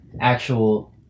actual